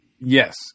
Yes